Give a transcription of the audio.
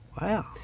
Wow